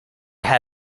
had